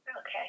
okay